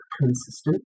consistent